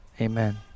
Amen